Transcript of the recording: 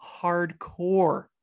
hardcore